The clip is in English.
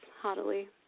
haughtily